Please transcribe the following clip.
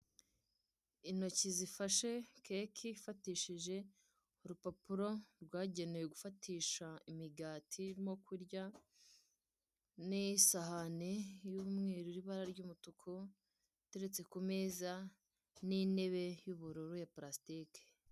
Intoki zifashe keke ifatishijwe urupapuro rwagenewe gufatisha imigati urimo kurya n'isahane y'umweru n'ibara ry'umutuku iteretse ku meza n'intebe y'ubururu ya pulasitike.